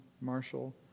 Marshall